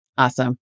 Awesome